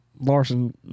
Larson